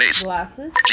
Glasses